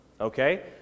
okay